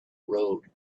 road